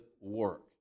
work